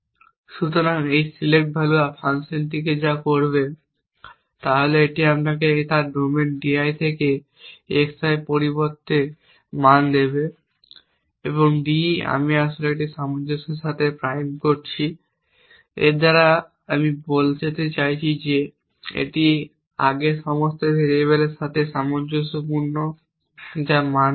সুতরাং এই select value ফাংশনটি যা করবে তা হল এটি আমাকে তার ডোমেইন d i থেকে xi এর পরবর্তী মান দেবে d আমি আসলে এই সামঞ্জস্যের সাথে প্রাইম করছি এর দ্বারা আপনি বলতে চাইছেন এটি আগের সমস্ত ভেরিয়েবলের সাথে সামঞ্জস্যপূর্ণ যা মান দেওয়া হয়েছে